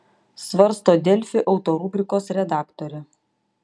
svarsto delfi auto rubrikos redaktorė